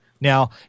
Now